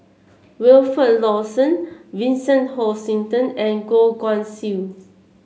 Wilfed Lawson Vincent Hoisington and Goh Guan Siew